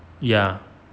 ya